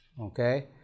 okay